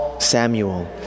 Samuel